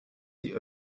die